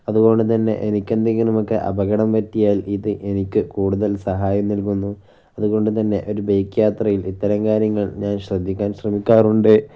അതുകൊണ്ട് തന്നെ എനിക്കെന്തെങ്കിലും ഒക്കെ അപകടം പറ്റിയാൽ ഇത് എനിക്ക് കൂടുതൽ സഹായം നൽകുന്നു അതുകൊണ്ട് തന്നെ ഒരു ബൈക്ക് യാത്രയിൽ ഇത്തരം കാര്യങ്ങൾ ഞാൻ ശ്രദ്ധിക്കാൻ ശ്രമിക്കാറുണ്ട്